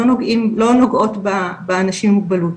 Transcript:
לא נוגעות באנשים עם מוגבלות,